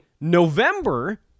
November